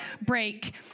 break